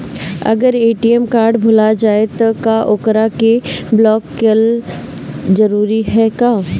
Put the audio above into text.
अगर ATM card भूला जाए त का ओकरा के बलौक कैल जरूरी है का?